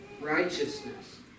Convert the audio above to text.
Righteousness